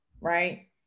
right